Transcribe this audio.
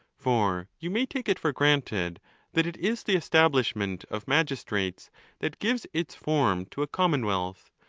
for you may take it for granted that it is the establishment of magistrates that gives its form to a commonwealth,